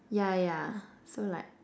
yeah yeah so like